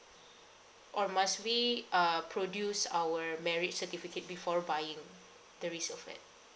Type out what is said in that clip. or must we uh produce our marriage certificate before buying the resale flat